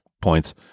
points